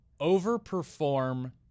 overperform